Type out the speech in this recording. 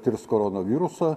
tirs koronaviruso